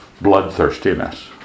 bloodthirstiness